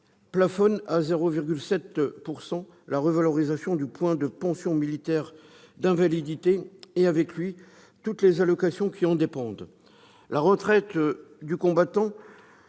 plafonnement à 0,7 % de la revalorisation du point de pension militaire d'invalidité et, avec lui, de toutes les allocations qui en dépendent. La retraite du combattant